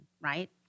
right